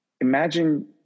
Imagine